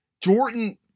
Jordan